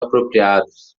apropriados